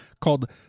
called